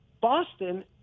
Boston